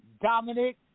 Dominic